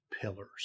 pillars